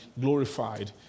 glorified